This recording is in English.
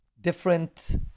different